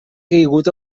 caigut